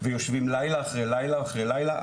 ויושבים לילה אחרי לילה אחרי לילה,